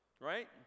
Right